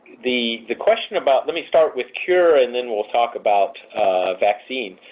the the question about let me start with cure and then we'll talk about vaccine.